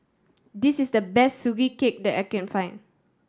this is the best Sugee Cake that I can find